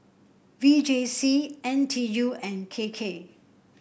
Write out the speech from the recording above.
V J C N T U and K K